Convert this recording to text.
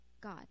God